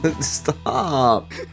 Stop